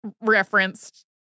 referenced